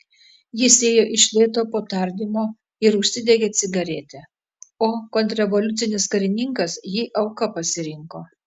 jis ėjo iš lėto po tardymo ir užsidegė cigaretę o kontrrevoliucinis karininkas jį auka pasirinko